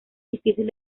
difícil